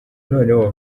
noneho